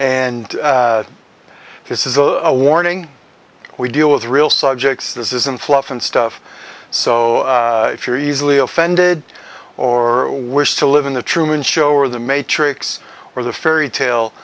and this is a warning we deal with real subjects this isn't fluff and stuff so if you're easily offended or wish to live in the truman show or the matrix or the fairy tale